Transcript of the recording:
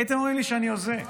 הייתם אומרים לי שאני הוזה,